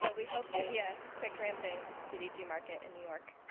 we hope to be a quick ramping cdg market in new york.